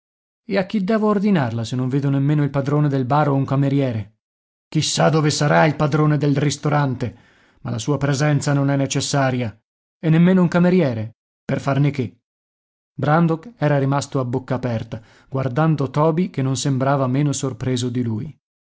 e a chi devo ordinaria se non vedo nemmeno il padrone del bar o un cameriere chissà dove sarà il padrone del ristorante ma la sua presenza non è necessaria e nemmeno un cameriere per farne che brandok era rimasto a bocca aperta guardando toby che non sembrava meno sorpreso di lui